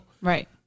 Right